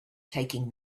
taking